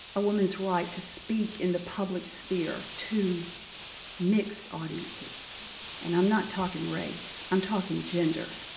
a woman's right to speak in the public sphere to mixed audiences and i'm not talking race, i'm talking gender.